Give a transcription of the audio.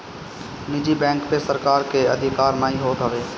निजी बैंक पअ सरकार के अधिकार नाइ होत हवे